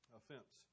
offense